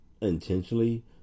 intentionally